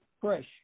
fresh